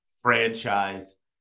franchise